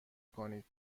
کنید